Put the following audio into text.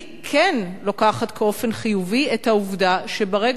אני כן לוקחת באופן חיובי את העובדה שברגע